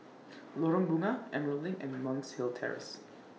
Lorong Bunga Emerald LINK and Monk's Hill Terrace